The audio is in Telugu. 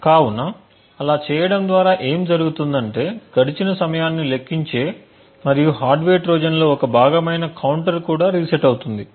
కాబట్టి అలా చేయడం ద్వారా ఏమి జరుగుతుందంటే గడిచిన సమయాన్ని లెక్కించే మరియు హార్డ్వేర్ ట్రోజన్లో భాగమైన కౌంటర్ కూడా రీసెట్ అవుతుంది